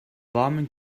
warmen